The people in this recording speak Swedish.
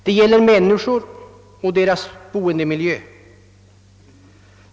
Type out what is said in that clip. Det gäller människor och deras boendemiljö.